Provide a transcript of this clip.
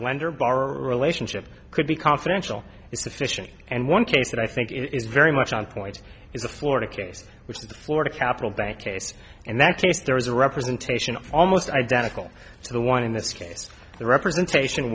lender bar relationship could be confidential is sufficient and one case that i think is very much on point is the florida case which is the florida capital bank case and that case there was a representation of almost identical to the one in this case the representation